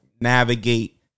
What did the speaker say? navigate